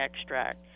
extract